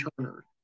Turner